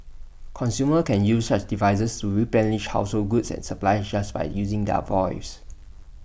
consumers can use such devices to replenish household goods and supplies just by using their voice